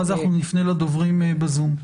ואז אנחנו נפנה לדוברים בזום.